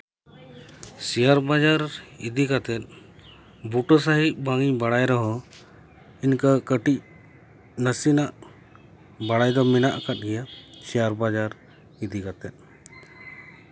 share ᱵᱟᱡᱟᱨ ᱤᱫᱤ ᱠᱟᱛᱮᱫ ᱵᱩᱴᱟᱹ ᱥᱟᱺᱦᱤᱡ ᱵᱟᱝ ᱤᱧ ᱵᱟᱲᱟᱭ ᱨᱮᱦᱚᱸ ᱤᱱᱠᱟᱹ ᱠᱟᱹᱴᱤᱡ ᱱᱟᱥᱮᱱᱟᱜ ᱵᱟᱲᱟᱭ ᱫᱚ ᱢᱮᱱᱟᱜ ᱟᱠᱟᱫ ᱜᱮᱭᱟ ᱥᱮᱭᱟᱨ ᱵᱟᱡᱟᱨ ᱤᱫᱤ ᱠᱟᱛᱮᱫ